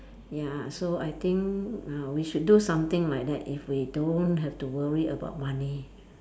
ya so I think uh we should do something like that if we don't have to worry about money